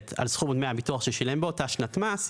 על סכום דמי הביטוח ששילם באותה שנת מס,